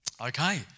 Okay